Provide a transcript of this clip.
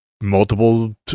multiple